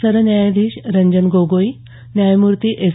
सरन्यायाधीश रंजन गोगोई न्यायमूर्ती एस